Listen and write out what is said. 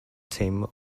team